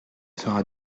sera